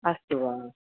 अस्तु वा